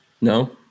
No